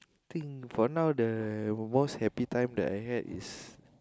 think for now the most happy time that I had is